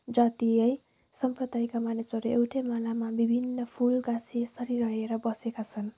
जाति है सम्प्रदायका मानिसहरू एउटै मालामा विभिन्न फुल गाँसिएसरि रहेर बसेका छन्